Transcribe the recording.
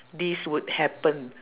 this would happen